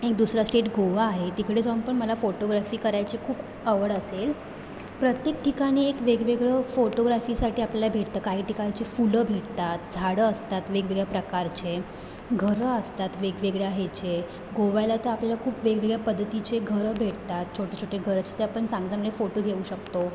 एक दुसरं स्टेट गोवा आहे तिकडे जाऊन पण मला फोटोग्राफी करायची खूप आवड असेल प्रत्येक ठिकाणी एक वेगवेगळं फोटोग्राफीसाठी आपल्याला भेटतं काही ठिकाणची फुलं भेटतात झाडं असतात वेगवेगळ्या प्रकारचे घरं असतात वेगवेगळ्या ह्याचे गोव्याला तर आपल्याला खूप वेगवेगळ्या पद्धतीचे घरं भेटतात छोटे छोटे घरं जिथे आपण चांगले चांगले फोटो घेऊ शकतो